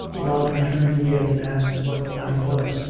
robin turned again and asked what the matter was.